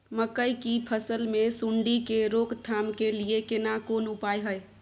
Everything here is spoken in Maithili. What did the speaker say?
मकई की फसल मे सुंडी के रोक थाम के लिये केना कोन उपाय हय?